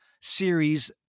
series